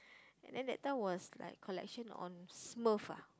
and then that time was like collection on Smurf ah